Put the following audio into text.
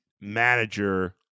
manager